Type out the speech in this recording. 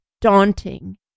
daunting